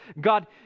God